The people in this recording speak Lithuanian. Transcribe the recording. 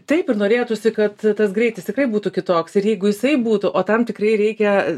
taip ir norėtųsi kad tas greitis tikrai būtų kitoks ir jeigu jisai būtų o tam tikrai reikia